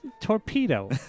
Torpedo